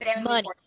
money